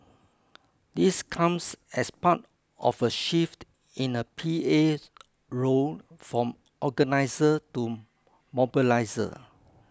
this comes as part of a shift in a P A role from organiser to mobiliser